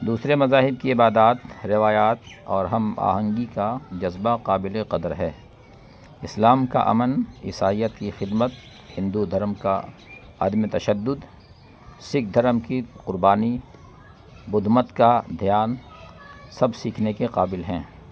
دوسرے مذاہب کی عبادات روایات اور ہم آہنگی کا جذبہ قابل قدر ہے اسلام کا امن عیسائیت کی خدمت ہندو دھرم کا عدم تشدد سکھ دھرم کی قربانی بدھمت کا دھیان سب سیکھنے کے قابل ہیں